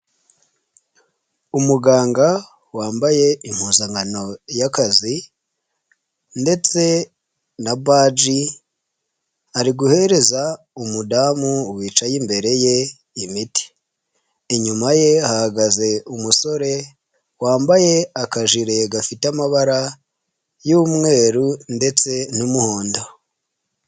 Umuganga wambaye impuzankano y'akazi ndetse na baji, ari guhereza umudamu wicaye imbere ye imiti, inyuma ye hahagaze umusore wambaye akajire gafite amabara y'umweru ndetse n'umuhondo.